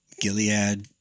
Gilead